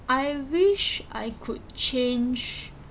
I wish I could change